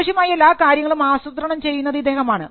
ആവശ്യമായ എല്ലാ കാര്യങ്ങളും ആസൂത്രണം ചെയ്യുന്നത് ഇദ്ദേഹമാണ്